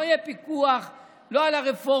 לא יהיה פיקוח לא על הרפורמות